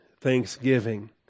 thanksgiving